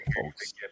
folks